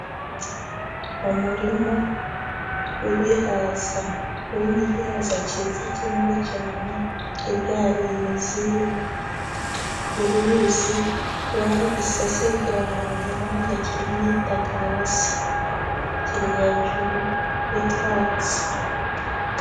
Umurima w'ibihaza urimo igihaza cyiza kinini cyane, hirya hari imizi y'uruyuzi, baragisasiye kiri ahantu heza ntago kiri mu itaka hasi, kiri hejuru y'utwatsi.